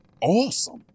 awesome